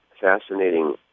fascinating